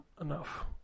enough